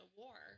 war